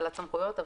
האצלת סמכויות,